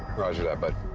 roger that, bud.